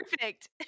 Perfect